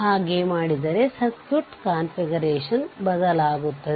ಇದನ್ನು ಪರ್ಯಾಯವಾಗಿ ವಿದ್ಯುತ್ ಮೂಲವನ್ನಾಗಿ ಮಾಡಬಹುದು